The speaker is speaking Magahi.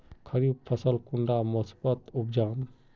खरीफ फसल कुंडा मोसमोत उपजाम?